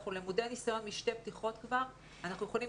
אנחנו למודי ניסיון משתי פתיחות ואנחנו יכולים